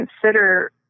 consider